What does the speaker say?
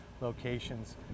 locations